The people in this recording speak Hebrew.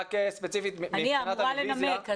מבחינת הרוויזיה --- אני אמורה לנמק,